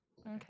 Okay